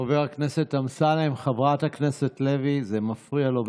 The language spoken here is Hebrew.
חבר הכנסת אמסלם, חברת הכנסת לוי, זה מפריע לו.